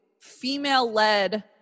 female-led